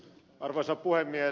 arvoisa puhemies